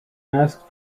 asked